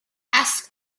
ask